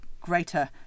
greater